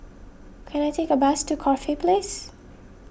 can I take a bus to Corfe Place